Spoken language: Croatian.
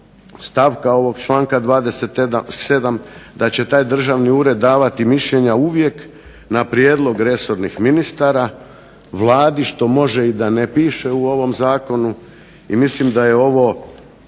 stavka ovog članka 27. da će taj Državni ured davati mišljenja uvijek na prijedlog resornih ministara, Vladi što može da i ne piše u ovom Zakonu i mislim da je ovo